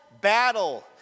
battle